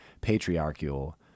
patriarchal